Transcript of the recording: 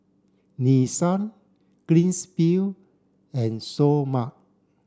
Nissan Greens field and Seoul Mart